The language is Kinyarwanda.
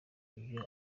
ibyo